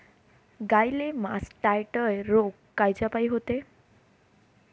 गाईले मासटायटय रोग कायच्यापाई होते?